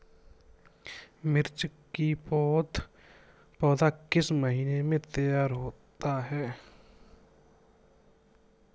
मिर्च की पौधा किस महीने में तैयार होता है?